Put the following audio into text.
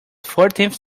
fourteenth